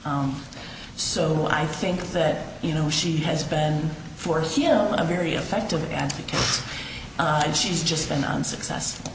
well i think that you know she has been for him a very effective advocate and she's just been unsuccessful